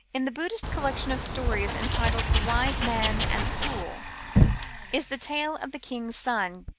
in the buddhist collection of stories entitled the wise man and the fool is the tale of the king's son,